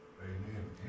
Amen